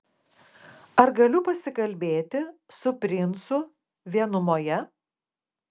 ar galiu pasikalbėti su princu vienumoje